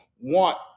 want